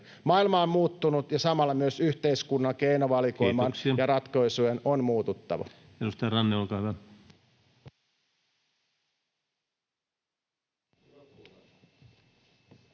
Maailma on muuttunut, ja samalla myös yhteiskunnan keinovalikoiman ja ratkaisujen on muututtava.